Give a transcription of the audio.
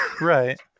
Right